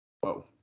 Whoa